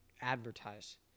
advertise